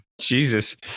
Jesus